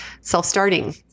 self-starting